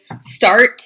start